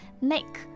make